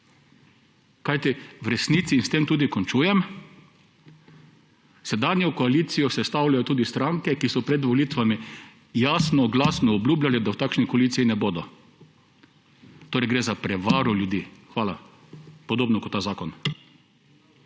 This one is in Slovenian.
kajti v resnici, in s tem tudi končujem, sedanjo koalicijo sestavljajo tudi stranke, ki so pred volitvami jasno in glasno obljubljale, da v takšni koaliciji ne bodo. Torej gre za prevaro ljudi. Podobno kot ta zakon.